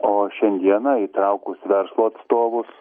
o šiandieną įtraukus verslo atstovus